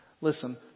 Listen